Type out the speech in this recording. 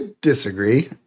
disagree